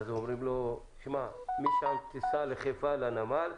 ואז אומרים לו, מכאן תיסע לחיפה לנמל,